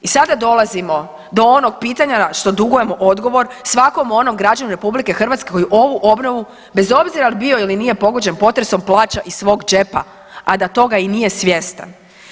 I sada dolazimo do onog pitanja što dugujemo odgovor svakom onom građaninu RH koji ovu obnovu bez obzira jel bio ili nije pogođen potresom plaća iz svog džepa, a da toga i nije svjestan.